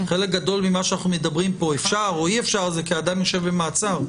חלק גדול ממה שאנחנו מדברים פה אם אפשר או אי-אפשר כי אדם יושב במעצר.